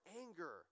anger